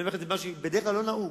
אני אומר לכם משהו שבדרך כלל לא נהוג,